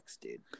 dude